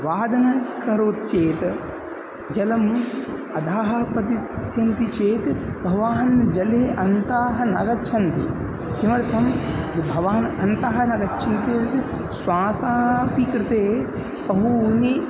वादनं करोति चेत् जलम् अधः पतिष्यन्ति चेत् भवान् जले अन्तं न गच्छन्ति किमर्थं भवान् अन्तं न गच्छन्ति इति श्वासोऽपि कृते बहूनि